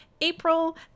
April